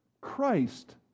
Christ